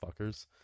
Fuckers